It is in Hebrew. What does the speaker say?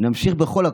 נמשיך בכל הכוח.